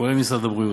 כולל משרד הבריאות,